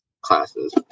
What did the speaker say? classes